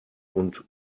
und